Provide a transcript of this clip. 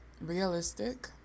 realistic